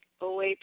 OA